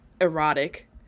erotic